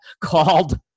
called